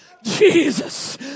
Jesus